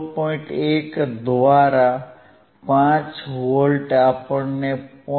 1 દ્વારા 5 વોલ્ટ આપણને 0